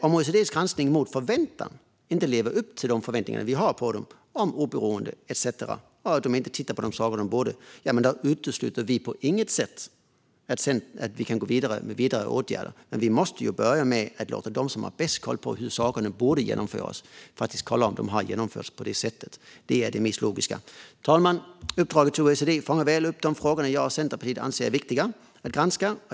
Om OECD:s granskning mot förväntan inte lever upp till de förväntningar vi har på dem om oberoende etcetera, om de inte tittar på de saker de borde, utesluter vi på intet sätt att vi kan gå vidare med andra åtgärder. Men vi måste börja med att låta dem som har bäst koll på hur sakerna borde genomföras kolla om de har genomförts på det sättet. Det är det mest logiska. Fru talman! Uppdraget till OECD fångar väl upp de frågor jag och Centerpartiet anser är viktiga att granska.